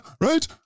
right